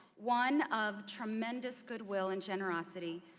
one of tremendous goodwill and generosity,